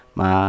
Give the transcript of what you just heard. ma